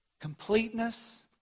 completeness